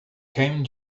came